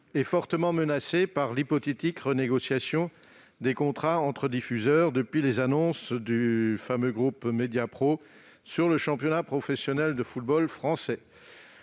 est fortement menacé par l'hypothétique renégociation des contrats entre diffuseurs, depuis les annonces du groupe Mediapro sur le championnat professionnel de football français.